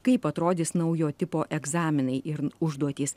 kaip atrodys naujo tipo egzaminai ir užduotys